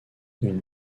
une